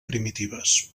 primitives